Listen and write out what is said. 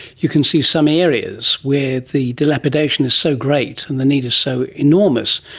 you can see some areas where the dilapidation is so great and the need is so enormous,